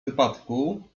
wypadku